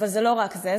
אבל זה לא רק זה,